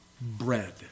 bread